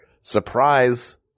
Surprise